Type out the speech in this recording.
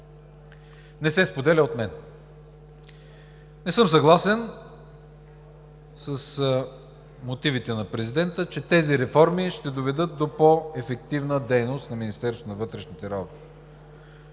не се споделя от мен. Не съм съгласен с мотивите на президента, че тези реформи ще доведат до по-ефективна дейност на